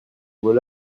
vaut